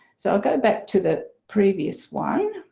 so i'll go back to the previous one.